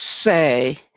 say